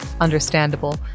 Understandable